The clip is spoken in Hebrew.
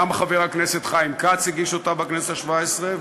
גם חבר הכנסת חיים כץ הגיש אותה בכנסת השבע-עשרה,